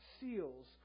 seals